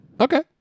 Okay